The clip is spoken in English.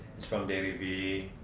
it's from dailyvee,